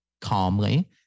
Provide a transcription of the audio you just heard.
calmly